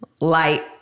light